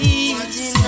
easy